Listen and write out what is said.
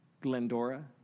Glendora